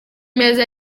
meza